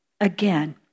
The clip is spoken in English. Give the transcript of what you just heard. Again